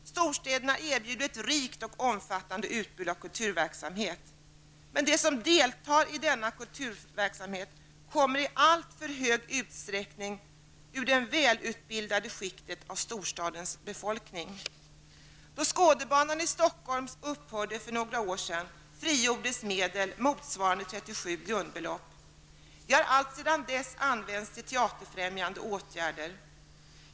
Storstäderna erbjuder ett rikt och omväxlande utbud av kulturverksamhet. Men de som deltar i denna kulturverksamhet kommer i alltför stor utsträckning ur det välutbildade skiktet av storstadens befolkning. Då Skådebanan i Stockholm upphörde för några år sedan, frigjordes medel motsvarande 37 grundbelopp. De har alltsedan dess använts till teaterfrämjande åtgärder.